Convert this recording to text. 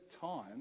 time